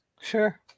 Sure